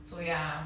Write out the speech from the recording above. so ya